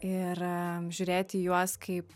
ir žiūrėti į juos kaip